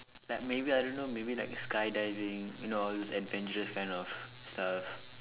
like maybe I don't know maybe like skydiving you know all those adventurous kind of stuff